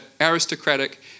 aristocratic